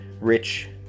rich